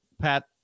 Pat